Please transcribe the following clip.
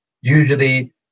usually